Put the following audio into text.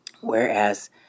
whereas